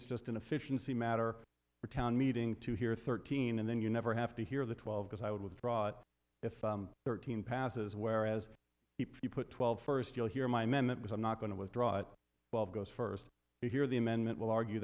it's just an efficiency matter for a town meeting to hear thirteen and then you never have to hear the twelve because i would withdraw if thirteen passes whereas if you put twelve first you'll hear my man that was i'm not going to withdraw it ball goes first to hear the amendment will argue